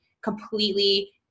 completely